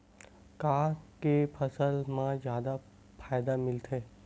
का के फसल मा जादा फ़ायदा मिलथे?